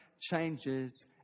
changes